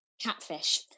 catfish